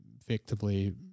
effectively